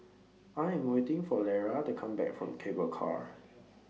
I Am waiting For Lara to Come Back from Cable Car